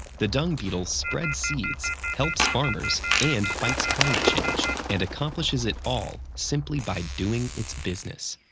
the dung beetle spreads seeds, helps farmers, and fights climate change and accomplishes it all simply by doing its business.